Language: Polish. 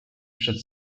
przed